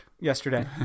yesterday